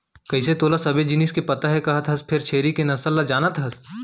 कइसे तोला सबे जिनिस के पता हे कहत हस फेर छेरी के नसल ल जानत हस?